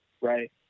right